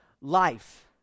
life